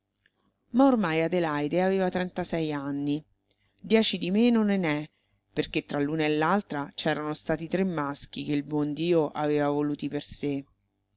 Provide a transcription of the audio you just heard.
ma ormai adelaide aveva trentasei anni dieci di meno nené perché tra l'una e l'altra c'erano stati tre maschi che il buon dio aveva voluti per sé